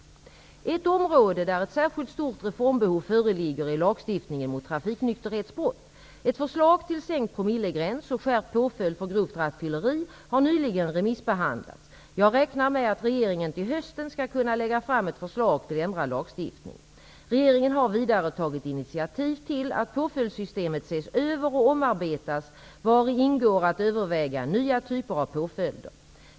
Ett område där ett särskilt stort reformbehov föreligger är lagstiftningen mot trafiknykterhetsbrott. Ett förslag till sänkt promillegräns och skärpt påföljd för grovt rattfylleri har nyligen remissbehandlats. Jag räknar med att regeringen till hösten skall kunna lägga fram ett förslag till ändrad lagstiftning. Regeringen har vidare tagit initiativ till att påföljdssystemet ses över och omarbetas, vari ingår att överväga nya typer av påföljder.